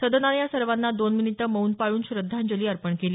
सदनानं या सर्वांना दोन मिनिटं मौन पाळून श्रद्धांजली अर्पण केली